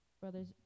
Brothers